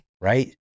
right